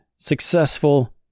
successful